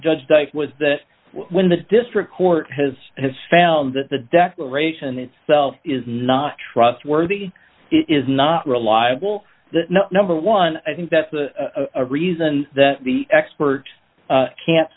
judged was that when the district court has has found that the declaration itself is not trustworthy is not reliable number one i think that's the reason that the expert can't